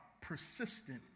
persistent